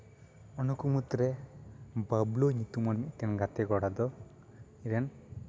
ᱩᱱᱠᱩ ᱢᱩᱫᱽᱨᱮ ᱵᱟᱹᱵᱽᱞᱩ ᱧᱩᱛᱩᱢᱟᱱ ᱢᱤᱫᱴᱮᱱ ᱜᱟᱛᱮ ᱠᱚᱲᱟ ᱫᱚ ᱤᱧᱨᱮᱱ